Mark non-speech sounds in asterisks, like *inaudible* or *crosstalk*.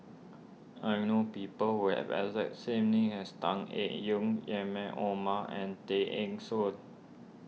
I know people who have exact same name as Tan Eng Yoon *unintelligible* Omar and Tay Eng Soon